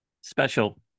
special